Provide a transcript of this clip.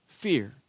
fear